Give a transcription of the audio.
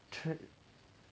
check